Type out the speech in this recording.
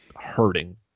hurting